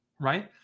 right